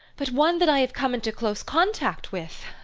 but one that i have come into close contact with!